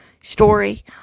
story